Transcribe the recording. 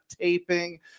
taping